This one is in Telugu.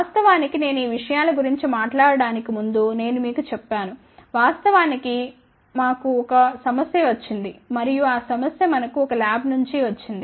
వాస్తవానికి నేను ఈ విషయాల గురించి మాట్లాడటానికి ముందు నేను మీకు చెప్తాను వాస్తవానికి మాకు ఒక సమస్య వచ్చింది మరియు ఆ సమస్య మనకు ఒక ల్యాబ్ నుంచి వచ్చింది